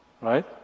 Right